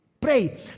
pray